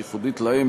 שהיא ייחודית לאם,